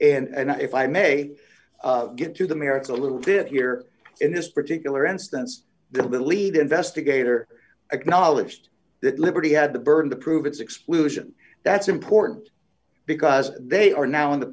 and i if i may get to the merits a little bit here in this particular instance the believed investigator acknowledged that liberty had the burden to prove its explosion that's important because they are now in the